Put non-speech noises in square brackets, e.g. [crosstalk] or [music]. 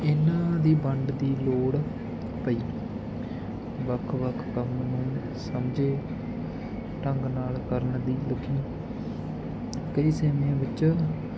ਇਹਨਾਂ ਦੀ ਵੰਡ ਦੀ ਲੋੜ ਪਈ ਵੱਖ ਵੱਖ ਕੰਮ ਨੂੰ ਸਾਂਝੇ ਢੰਗ ਨਾਲ ਕਰਨ ਦੀ [unintelligible] ਕਈ ਸਮਿਆਂ ਵਿੱਚ